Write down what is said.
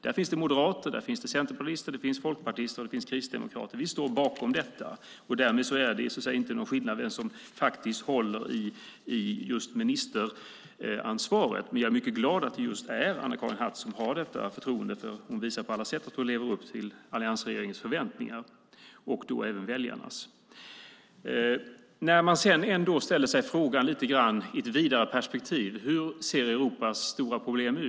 Där finns det moderater, centerpartister, folkpartister och kristdemokrater. Vi står bakom detta. Därmed är det inte några skillnader när det gäller ministeransvaret. Men jag är mycket glad att det är just Anna-Karin Hatt som fått detta förtroende. Hon visar på alla sätt att hon lever upp till alliansregeringens och väljarnas förväntningar. Man kan i ett vidare perspektiv ställa sig frågan hur Europas stora problem ser ut.